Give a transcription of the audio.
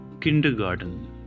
Kindergarten